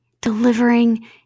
delivering